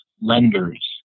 lenders